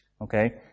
Okay